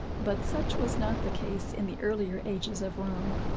but such was not the case in the earlier ages of rome.